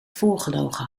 voorgelogen